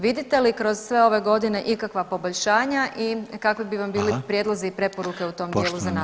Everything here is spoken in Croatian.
Vidite li kroz sve ove godine ikakva poboljšanja i kakvi bi vam bili prijedlozi i preporuke u tom dijelu za nadalje?